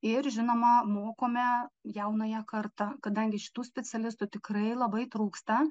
ir žinoma mokome jaunąją kartą kadangi šitų specialistų tikrai labai trūksta